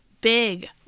big